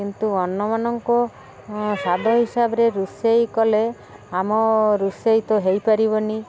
କିନ୍ତୁ ଅନ୍ୟମାନଙ୍କ ସ୍ୱାଦ ହିସାବରେ ରୋଷେଇ କଲେ ଆମ ରୋଷେଇ ତ ହେଇପାରିବନି